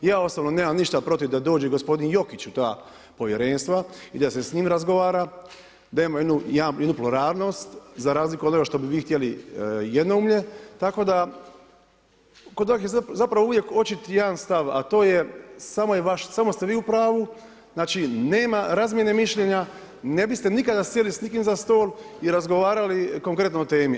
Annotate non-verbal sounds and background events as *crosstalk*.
Ja osobno nemam ništa protiv da dođe gospodin Jokić u ta povjerenstva i da se s njim razgovara, da ima jednu … *unintelligible* za razliku od onoga što bi vi htjeli jednoumlje, tako da, kod, zapravo je uvijek očit jedan stav, a to je samo ste vi u pravu, znači nema razmjene mišljenja, ne biste nikada sjeli s nikim za stol i razgovarali konkretno o temi.